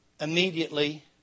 Immediately